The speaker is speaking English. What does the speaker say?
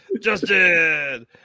Justin